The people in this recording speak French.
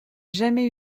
jamais